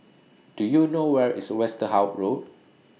Do YOU know Where IS Westerhout Road